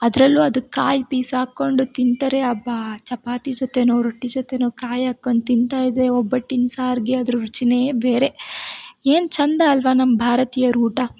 ಅದ್ರಲ್ಲೂ ಅದು ಕಾಯಿ ಪೀಸ್ ಹಾಕ್ಕೊಂಡು ತಿಂತಾರೆ ಅಬ್ಬಾ ಚಪಾತಿ ಜೊತೆಯೋ ರೊಟ್ಟಿ ಜೊತೆಯೋ ಕಾಯಿ ಹಾಕ್ಕೊಂಡ್ ತಿಂತಾಯಿದ್ದರೆ ಒಬ್ಬಟ್ಟಿನ ಸಾರಿಗೆ ಅದ್ರ ರುಚಿಯೇ ಬೇರೆ ಏನು ಚಂದ ಅಲ್ಲವಾ ನಮ್ಮ ಭಾರತೀಯರ ಊಟ